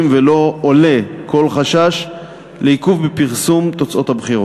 ולא עולה כל חשש לעיכוב פרסום תוצאות הבחירות.